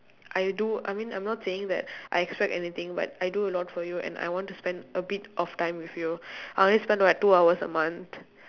I do I mean I'm not saying that I expect anything but I do a lot for you and I want to spend a bit of time with you I only spend like two hours a month